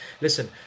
Listen